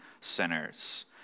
sinners